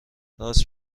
راست